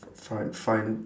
find find